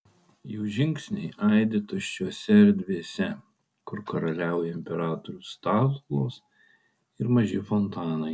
jų žingsniai aidi tuščiose erdvėse kur karaliauja imperatorių statulos ir maži fontanai